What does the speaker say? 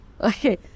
okay